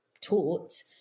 taught